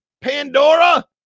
Pandora